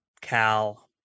Cal